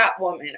Catwoman